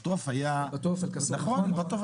זה צריך